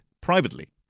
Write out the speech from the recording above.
privately